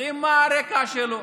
יודעים מה הרקע שלו.